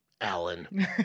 Alan